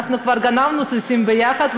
כבר גנבנו סוסים ביחד,